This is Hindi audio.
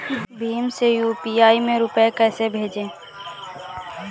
भीम से यू.पी.आई में रूपए कैसे भेजें?